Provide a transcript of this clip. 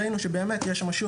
ראינו שבאמת יש משוב,